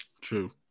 True